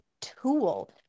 tool